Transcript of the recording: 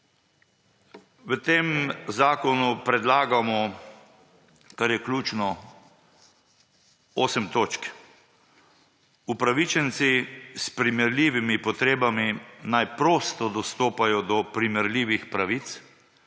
V tem zakonu predlagamo, kar je ključno, osem točk. Upravičenci s primerljivimi potrebami naj prosto dostopajo do primerljivih pravic.